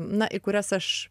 na į kurias aš